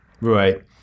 Right